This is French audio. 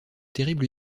terrible